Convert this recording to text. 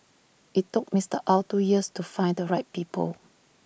IT took Mister Ow two years to find the right people